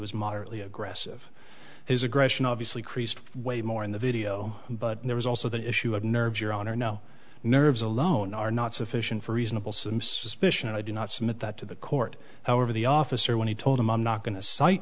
was moderately aggressive his aggression obviously creased way more in the video but there was also the issue of nerves your honor no nerves alone are not sufficient for reasonable suspicion and i did not submit that to the court however the officer when he told him i'm not go